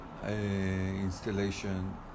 installation